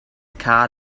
car